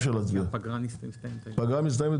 הפגרה הסתיימה.